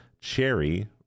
Cherry